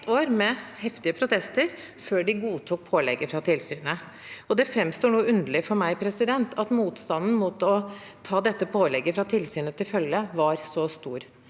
med heftige protester før de godtok pålegget fra tilsynet. Det framstår noe underlig for meg at motstanden mot å ta dette pålegget fra tilsynet til følge var så stor.